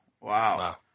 wow